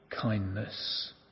kindness